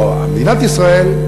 או מדינת ישראל,